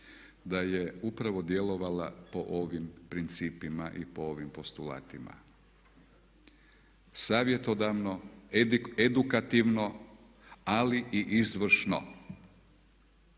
da je upravo djelovala po ovim principa i po ovim postulatima, savjetodavno, edukativno ali i izvršno